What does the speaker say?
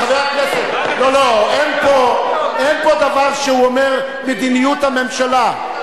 לא, לא, אין פה דבר, שהוא אומר: מדיניות הממשלה.